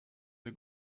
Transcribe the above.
the